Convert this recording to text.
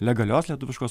legalios lietuviškos